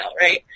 right